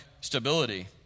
stability